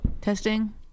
testing